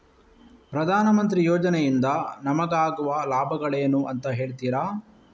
ಪ್ರಧಾನಮಂತ್ರಿ ಯೋಜನೆ ಇಂದ ನಮಗಾಗುವ ಲಾಭಗಳೇನು ಅಂತ ಹೇಳ್ತೀರಾ?